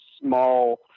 small